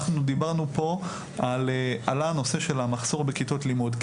אנחנו דיברנו פה עלה הנושא של המחסור בכיתות לימוד,